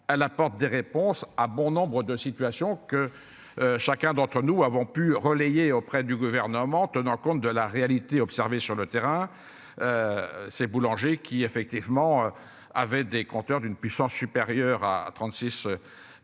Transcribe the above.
à apporte des réponses. Ah bon nombre de situations que. Chacun d'entre nous avons pu relayer auprès du gouvernement. Tenant compte de la réalité observée sur le terrain. Ces boulangers qui effectivement avait des compteurs d'une puissance supérieure à 36.